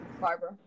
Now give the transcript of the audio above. Barbara